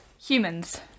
humans